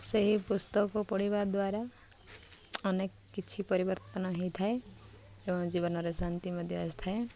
ସେହି ପୁସ୍ତକ ପଢ଼ିବା ଦ୍ୱାରା ଅନେକ କିଛି ପରିବର୍ତ୍ତନ ହୋଇଥାଏ ଏବଂ ଜୀବନରେ ଶାନ୍ତି ମଧ୍ୟ ଆସିଥାଏ